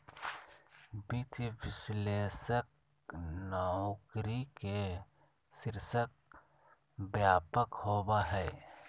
वित्तीय विश्लेषक नौकरी के शीर्षक व्यापक होबा हइ